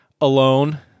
alone